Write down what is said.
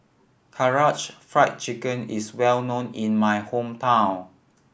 Karaage Fried Chicken is well known in my hometown